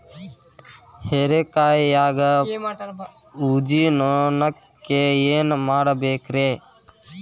ಹೇರಿಕಾಯಾಗ ಊಜಿ ನೋಣಕ್ಕ ಏನ್ ಮಾಡಬೇಕ್ರೇ?